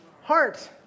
heart